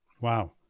Wow